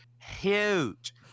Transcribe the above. huge